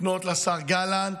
לפנות לשר גלנט,